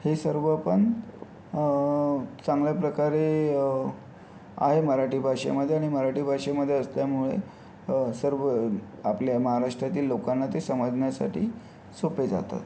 हे सर्व पण चांगल्याप्रकारे आहे मराठी भाषेमध्ये आणि मराठी भाषेमध्ये असल्यामुळे सर्व आपल्या महाराष्ट्रातील लोकांना ते समजण्यासाठी सोपे जातात